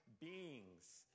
beings